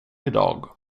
idag